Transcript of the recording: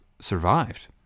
survived